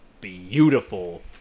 beautiful